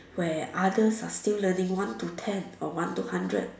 where others are still learning one to ten or one to hundred